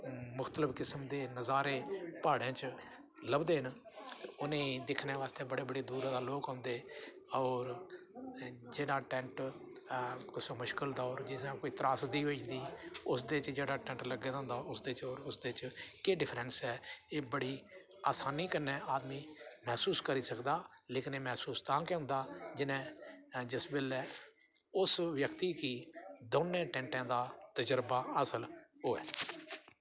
मुखतलिफ किसम दे नज़ारे प्हाड़ें च लभदे न उ'नेंगी दिक्खने बास्तै बड़े बडे़ दूरा दा लोग औंदे होर जेह्ड़ा टैंट कुसै मुश्कल दा कुदै त्रासदी होई जंदी उस दे जेह्का टैंट लग्गे दा होंदा होर उसदे च होर उसदे च केह् डिफ्रैंस ऐ एह् बड़ी असानी कन्नै आदमी मैसूस करी सकदा लेकिन एह् मसूस तां गै होंदा जि'नें जिस बेल्लै उस व्याक्ति गी दौनें टैंटे दा तज़रबा हासल होऐ